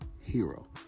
hero